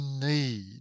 need